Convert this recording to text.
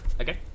Okay